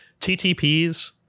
TTPs